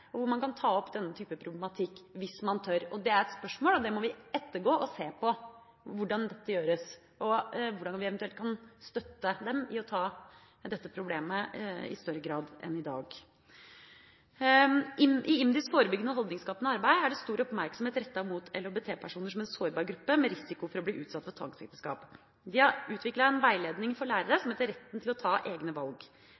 hvor man kan ta opp denne type problematikk, hvis man tør. Det er et spørsmål vi må ettergå, vi må se på hvordan dette gjøres, og hvordan vi eventuelt kan støtte dem i å ta opp dette problemet i større grad enn i dag. I IMDis forebyggende og holdningsskapende arbeid er det stor oppmerksomhet rettet mot LHBT-personer som en sårbar gruppe med risiko for å bli utsatt for tvangsekteskap. De har utviklet en veiledning for lærere